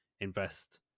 invest